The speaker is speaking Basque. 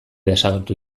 desagertu